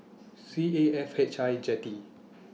C A F H I Jetty